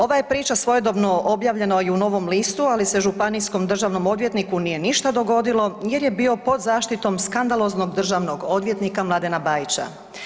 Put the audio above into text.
Ova je priča svojedobno objavljena i u Novom listu, ali se županijskom državnom odvjetniku nije ništa dogodilo jer je bio pod zaštitom skandaloznog državnog odvjetnika Mladena Bajića.